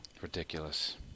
Ridiculous